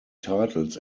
titles